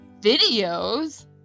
Videos